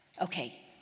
Okay